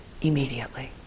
immediately